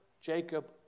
Jacob